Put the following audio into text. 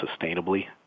sustainably